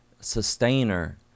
sustainer